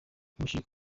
umukinnyi